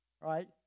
right